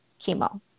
chemo